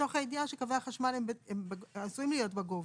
מתוך הידיעה שקווי החשמל עם עשויים להיות בגובה,